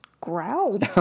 growled